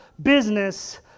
business